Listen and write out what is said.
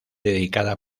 dedicada